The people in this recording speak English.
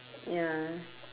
ya